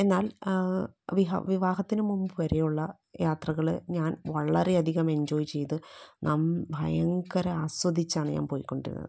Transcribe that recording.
എന്നാൽ വിഹ വിവാഹത്തിന് മുമ്പുവരെയുള്ള യാത്രകള് ഞാൻ വളരെയധികം എൻജോയ് ചെയ്ത് നാം ഭയങ്കര ആസ്വദിച്ചാണ് ഞാൻ പോയിക്കൊണ്ടിരുന്നത്